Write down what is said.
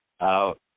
out